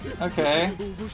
Okay